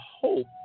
hope